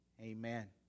Amen